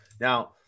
Now